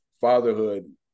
fatherhood